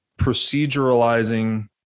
proceduralizing